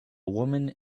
woman